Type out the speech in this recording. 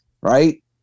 Right